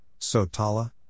Sotala